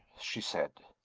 she said.